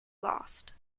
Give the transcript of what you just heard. lost